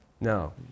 No